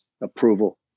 approval